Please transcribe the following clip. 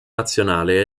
nazionale